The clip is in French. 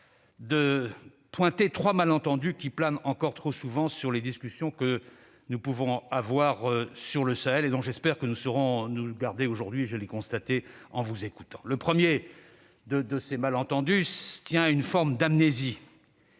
de pointer trois malentendus qui planent encore trop souvent sur les discussions que nous pouvons avoir sur le Sahel, dont, j'espère, nous saurons nous garder aujourd'hui- vous l'avez fait jusqu'à présent, j'ai pu le constater en vous écoutant. Le premier de ces malentendus tient à une forme d'amnésie